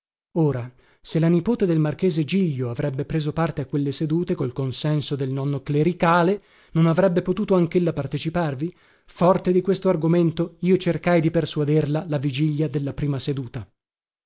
ora se la nipote del marchese giglio avrebbe preso parte a quelle sedute col consenso del nonno clericale non avrebbe potuto anchella parteciparvi forte di questo argomento io cercai di persuaderla la vigilia della prima seduta